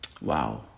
wow